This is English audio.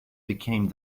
became